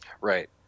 right